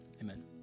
Amen